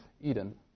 Eden